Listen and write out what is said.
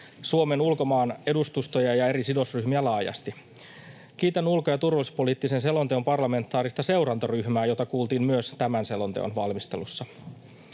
Suomen ulkomaanedustustoja ja eri sidosryhmiä laajasti. Kiitän ulko- ja turvallisuuspoliittisen selonteon parlamentaarista seurantaryhmää, jota kuultiin myös tämän selonteon valmistelussa.